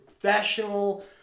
professional